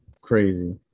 Crazy